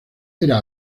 era